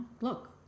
look